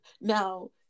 now